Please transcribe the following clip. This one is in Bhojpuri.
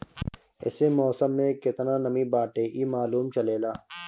एसे मौसम में केतना नमी बाटे इ मालूम चलेला